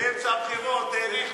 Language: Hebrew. באמצע הבחירות האריכו,